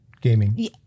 gaming